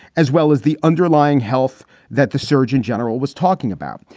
as well as the underlying health that the surgeon general was talking about.